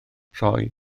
rhoi